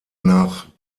nach